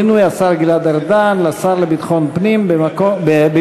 ומינוי השר גלעד ארדן לשר לביטחון פנים במקום